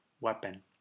weapon